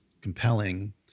compelling